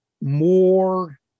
more